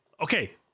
okay